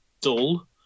dull